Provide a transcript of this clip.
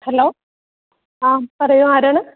hello ആ പറയൂ ആരാണ്